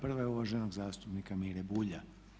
Prva je uvaženog zastupnika Mire Bulja.